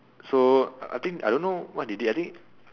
so I think I don't know what they did I think